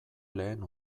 lehen